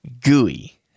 gooey